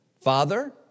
Father